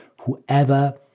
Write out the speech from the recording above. whoever